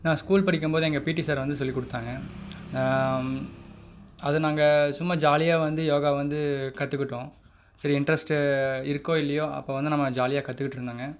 நான் ஸ்கூல் படிக்கும்போது எங்கள் பிடி சார் வந்து சொல்லிக் கொடுத்தாங்க அது நாங்கள் சும்மா ஜாலியாக வந்து யோகா வந்து கற்றுக்கிட்டோம் சரி இன்ட்ரெஸ்ட்டு இருக்கோ இல்லையோ அப்போ வந்து நம்ம ஜாலியாக கற்றுட்ருந்தோங்க